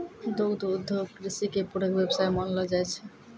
दुग्ध उद्योग कृषि के पूरक व्यवसाय मानलो जाय छै